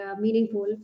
meaningful